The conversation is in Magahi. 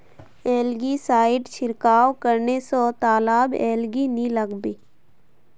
एलगी साइड छिड़काव करने स तालाबत एलगी नी लागबे